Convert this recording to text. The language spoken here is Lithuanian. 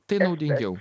tai naudingiau